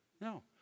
No